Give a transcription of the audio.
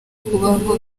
kubaho